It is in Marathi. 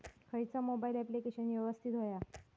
खयचा मोबाईल ऍप्लिकेशन यवस्तित होया?